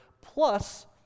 Plus